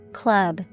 club